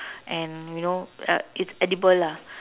and you know uh it's edible lah